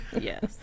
Yes